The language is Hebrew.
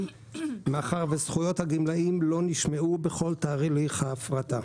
מאחר וזכויות הגמלאים לא נשמעו בכל תהליך ההפרטה.